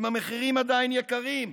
אם המחירים עדיין גבוהים,